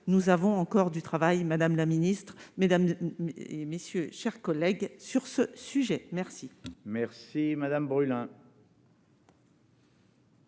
nous avons encore du travail, madame la Ministre Mesdames et messieurs, chers collègues, sur ce sujet, merci. Merci madame brûle,